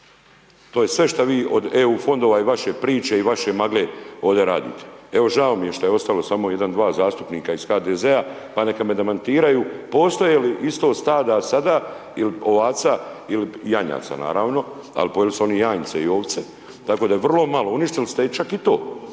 To je sve šta vi od EU fondova i vaše priče, i vaše magle ovdje radite, evo žao mi je šta je ostalo samo jedan, dva zastupnika iz HDZ-a pa neka me demantiraju, postoje li isto stada sada il' ovaca, il' janjaca naravno, ali pojili su oni janjce i ovce, tako da je vrlo malo, uništili ste i čak i to